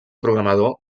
programador